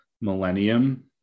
millennium